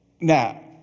Now